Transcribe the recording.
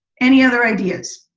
any other ideas?